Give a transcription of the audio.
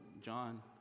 John